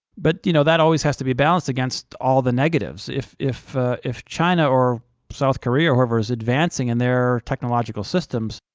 but, you know, that always has to be balanced against all the negatives. if if china or south korea or whoever is advancing in their technological systems,